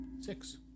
six